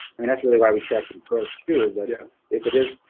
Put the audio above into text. i mean, that's really why we track the growth, too, is that yeah. if it is,